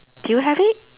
do you have it